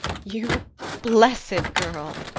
you blessed girl!